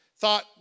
thought